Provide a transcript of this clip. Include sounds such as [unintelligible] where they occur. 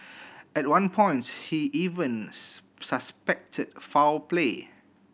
at one points he even [unintelligible] suspected foul play